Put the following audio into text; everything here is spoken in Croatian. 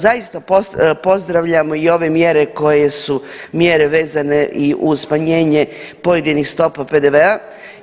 Zaista pozdravljamo i ove mjere koje su mjere vezane i uz smanjenje pojedinih stopa PDV-a.